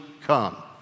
come